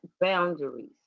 boundaries